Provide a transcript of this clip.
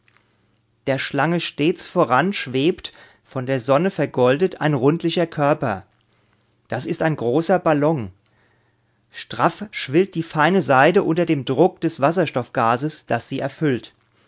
der schlange stets voran schwebt von der sonne vergoldet ein rundlicher körper es ist ein großer ballon straff schwillt die feine seide unter dem druck des wasserstoffgases das sie erfüllt